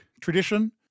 tradition